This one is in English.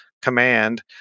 command